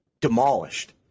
demolished